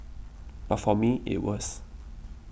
but for me it was